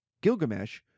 Gilgamesh